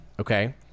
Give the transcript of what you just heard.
okay